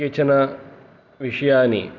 केचन विषयानि